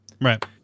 Right